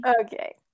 Okay